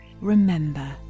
remember